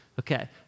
okay